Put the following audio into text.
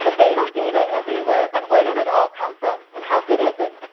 but data, data everywhere but where did it all come from and how good is it?